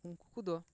ᱩᱱᱠᱩ ᱠᱚᱫᱚ